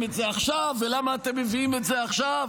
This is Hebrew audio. את זה עכשיו ולמה אתם מביאים את זה עכשיו.